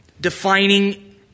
defining